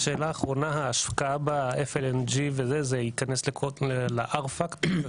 ההשקעה ב- FLNGזה ייכנס ל-R פקטור?